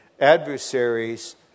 adversaries